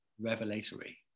revelatory